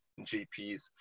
GPs